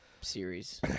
series